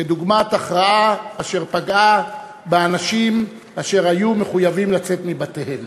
דוגמת הכרעה אשר פגעה באנשים אשר היו מחויבים לצאת מבתיהם